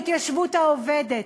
ההתיישבות העובדת,